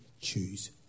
choose